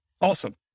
Awesome